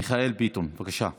מיכאל ביטון, בבקשה.